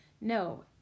No